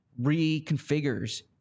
reconfigures